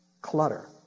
clutter